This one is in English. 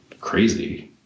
crazy